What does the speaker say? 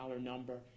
number